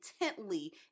intently